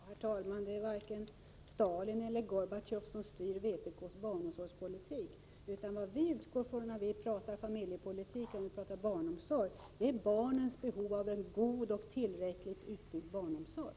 Herr talman! Det är varken Stalin eller Gorbatjov som styr vpk:s barnomsorgspolitik. Vad vi utgår från när vi talar om familjepolitik och barnomsorg är barnens behov av en god och tillräckligt utbyggd barnomsorg.